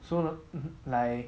so mm like